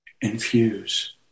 infuse